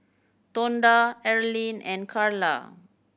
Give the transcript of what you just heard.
Tonda Erlene and Karla